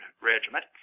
regiment